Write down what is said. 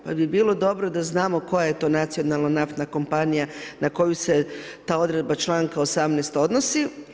Pa bi bilo dobro da znamo koja je to nacionalna naftna kompanija, na koju se ta odredba članka 18. odnosi.